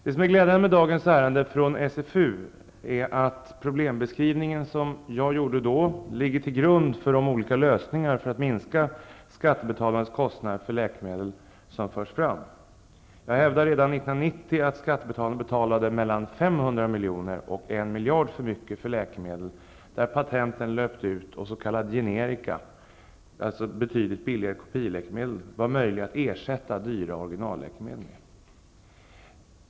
Det som är glädjande med dagens ärende från SfU är att den problembeskrivning jag då gjorde nu ligger till grund för de olika lösningar som förs fram för att minska skattebetalarnas kostnader. Jag hävdade redan 1990 att skattebetalarna betalade mellan 500 milj.kr. och 1 miljard för mycket för läkemedel för vilka patenten löpt ut och där det var möjligt att ersätta dyra originalläkemedel med s.k.